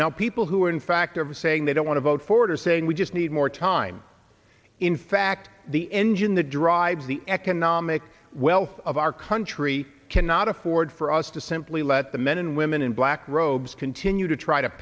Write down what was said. now people who are in fact ever saying they don't want to vote for it are saying we just need more time in fact the engine that drives the economic wealth of our country cannot afford for us to simply let the men and women in black robes continue to try to